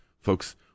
Folks